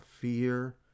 fear